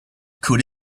could